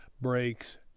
breaks